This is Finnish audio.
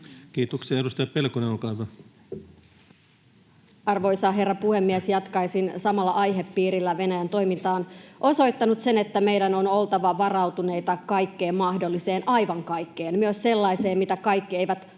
tilanteesta Time: 14:16 Content: Arvoisa herra puhemies! Jatkaisin samalla aihepiirillä. — Venäjän toiminta on osoittanut sen, että meidän on oltava varautuneita kaikkeen mahdolliseen — aivan kaikkeen, myös sellaiseen, mitä kaikki eivät